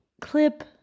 clip